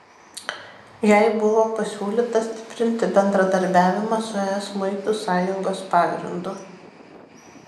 jai buvo pasiūlyta stiprinti bendradarbiavimą su es muitų sąjungos pagrindu